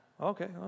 Okay